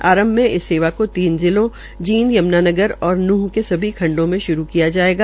आरंभ मे इस सेवा को तीन जिलों जींद यम्नानगर और नूंह के सभी खंडो में श्रू किया जायेगा